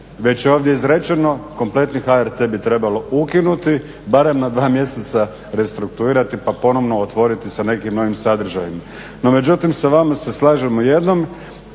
već je ovdje izrečeno, kompletni HRT bi trebalo ukinuti, barem na dva mjeseca restrukturirati pa ponovno otvoriti sa nekim novim sadržajem. No međutim, sa vama se slažem u jednom,